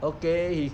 okay he